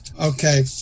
Okay